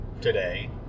today